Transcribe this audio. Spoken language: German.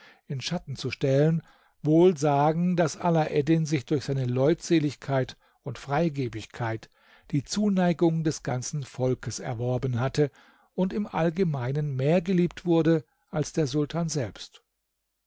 in schatten zu stellen wohl sagen daß alaeddin sich durch seine leutseligkeit und freigebigkeit die zuneigung des ganzen volkes erworben hatte und im allgemeinen mehr geliebt wurde als der sultan selbst